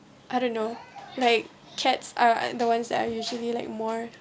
I don't know like cats uh the ones that are usually like more